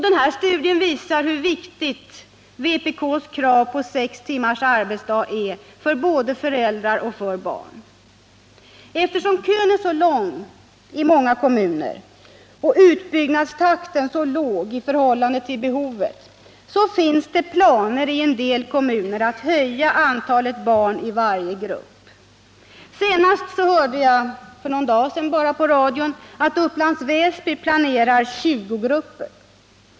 Denna studie visar hur viktigt vpk:s krav på 6 timmars arbetsdag är både för föräldrar och för barn. Eftersom kön är så lång i många kommuner och utbyggnadstakten så låg i förhållande till behovet, finns i en del kommuner planer på att öka antalet barn i varje grupp. Bara för någon dag sedan hörde jag i radio att Upplands Väsby planerar 20-grupper.